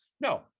No